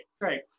great